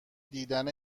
دیدن